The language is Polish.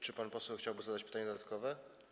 Czy pan poseł chciałby zadać pytanie dodatkowe?